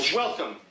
welcome